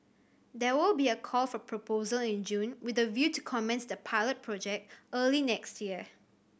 there will be a call for proposal in June with a view to commence the pilot project early next year